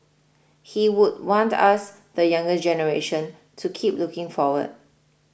he would want us the younger generation to keep looking forward